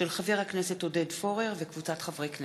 של חבר הכנסת עודד פורר וקבוצת חברי הכנסת.